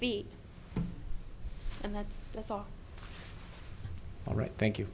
feet and that's that's all all right thank you